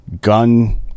gun